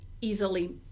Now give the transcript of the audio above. easily